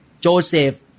Joseph